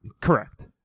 Correct